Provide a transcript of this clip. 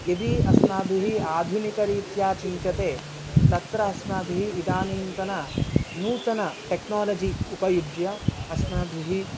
यदि अस्माभिः आधुनिकरीत्या चिन्त्यते तत्र अस्माभिः इदानीन्तननूतन टेक्नालजि उपयुज्य अस्माभिः